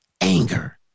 anger